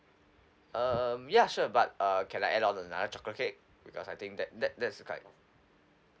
um ya sure but uh can I add on another chocolate cake because I think that that that's quite